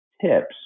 tips